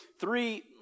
three